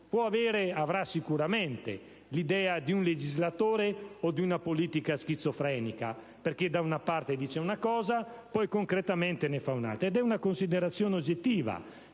Parlamento avrà sicuramente l'idea di un legislatore o di una politica schizofrenica, perché da una parte si dice una cosa, e poi concretamente de ne fa un'altra. Si tratta di una considerazione oggettiva,